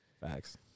Facts